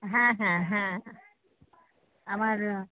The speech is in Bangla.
হ্যাঁ হ্যাঁ হ্যাঁ আমার